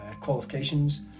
qualifications